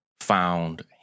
found